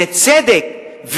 זה צדק,